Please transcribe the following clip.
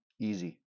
easy